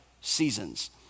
seasons